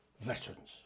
veterans